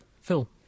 Phil